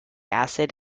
acid